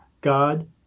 God